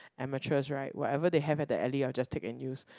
amateurs right whatever they have at the alley I will just take and use